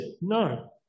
No